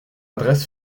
adresse